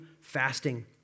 fasting